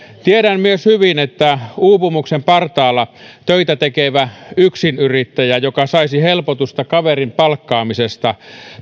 tiedän myös hyvin että uupumuksen partaalla töitä tekevä yksinyrittäjä joka saisi helpotusta kaverin palkkaamisesta